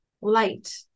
light